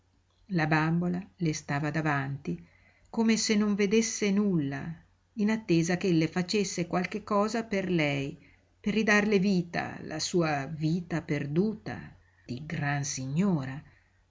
la bambola le stava davanti come se non vedesse nulla in attesa ch'ella facesse qualche cosa per lei per ridarle vita la sua vita perduta di gran signora